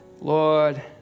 Lord